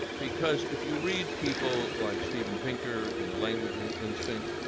because if you read people like steven pinker in the language and instinct,